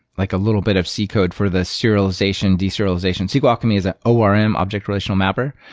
like a little bit of c code for the serialization, deserialization. sql alchemy is an orm, object relational mapper,